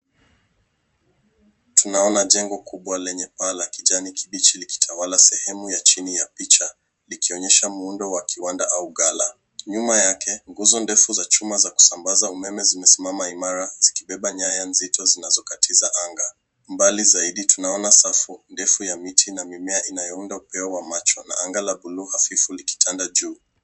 Tunaona jengo kubwa lenye paa la kijani kibichi likitawala sehemu ya chini ya picha likionyesha muundo wa kiwanda au gala. Nyuma yake, nguzo ndefu za kusambaza umeme zimesimama imara zikibeba nyaya nzito zinazokatiza anga. Mbali zaidi tunaona safu ndefu ya miti na mimea inayounda upeo wa macho na anga la buluu hafifu likitanda juu.